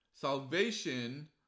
Salvation